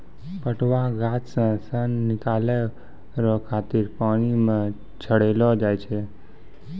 पटुआ गाछ से सन निकालै रो खातिर पानी मे छड़ैलो जाय छै